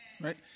right